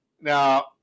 Now